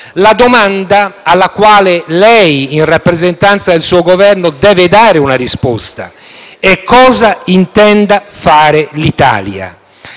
La domanda alla quale lei, in rappresentanza del suo Governo, deve dare una risposta è cosa intenda fare l'Italia.